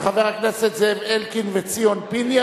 לדיון מוקדם